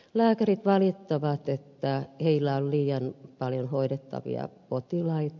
lääkärit valittavat että heillä on liian paljon hoidettavia potilaita